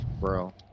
Bro